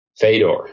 Fedor